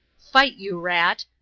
fight, you rat!